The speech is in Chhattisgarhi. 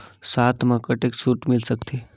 साथ म कतेक छूट मिल सकथे?